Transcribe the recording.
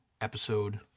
episode